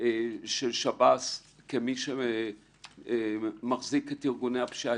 של שב"ס כמי שמחזיק את ארגוני הפשיעה,